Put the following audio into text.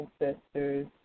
ancestors